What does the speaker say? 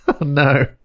no